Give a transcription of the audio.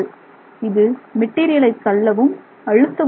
இது மெட்டீரியலை தள்ளவும் அழுத்தவும் செய்கிறது